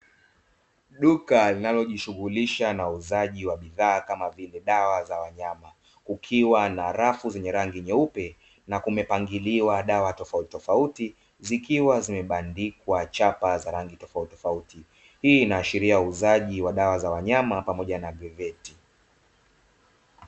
Duka linalojishughulisha na uuzaji wa bidhaa kama vile dawa za wanyama kukiwa na rafu zenye rangi nyeupe na kumepangiliwa dawa tofautitofauti zikiwa zimebandikwa chapa za rangi tofautitofauti hii inaashiria uuzaji wa dawa za wanyama pamoja na ''Agroveti''.